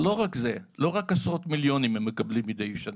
אבל לא רק עשרות מיליונים הם מקבלים מדי שנה.